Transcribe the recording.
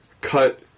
cut